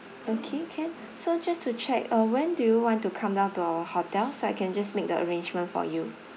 okay can so just to check uh when do you want to come down to our hotel so I can just make the arrangement for you